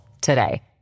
today